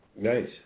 Nice